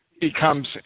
becomes